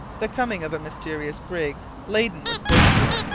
the coming of a mysterious brig laden with corpses,